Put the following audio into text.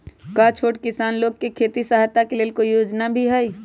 का छोटा किसान लोग के खेती सहायता के लेंल कोई योजना भी हई?